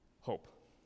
hope